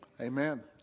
Amen